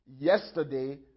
yesterday